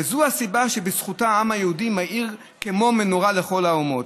וזאת הסיבה שהעם היהודי מאיר כמו מנורה לכל האומות.